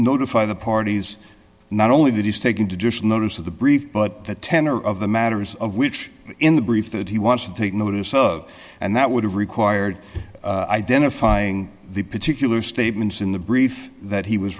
notify the parties not only that he's taking to just notice of the brief but the tenor of the matters of which in the brief that he wants to take notice of and that would have required identifying the particular statements in the brief that he was